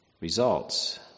results